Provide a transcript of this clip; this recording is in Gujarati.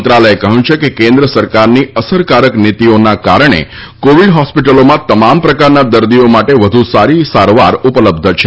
મંત્રાલયે કહ્યું કે કેન્દ્ર સરકારની અસરકારક નીતિઓને કારણે કોવિડ હોસ્પિટલોમાં તમામ પ્રકારના દર્દીઓ માટે વધુ સારી સારવાર ઉપલબ્ધ છે